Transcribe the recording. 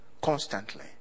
constantly